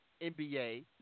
NBA